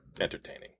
entertaining